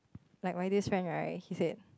like Y_J's friend right he said